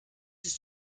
ist